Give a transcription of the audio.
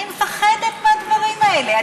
אני מפחדת מהדברים האלה.